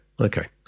Okay